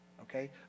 okay